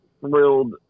thrilled